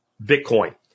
Bitcoin